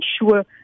ensure